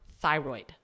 thyroid